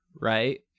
right